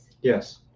yes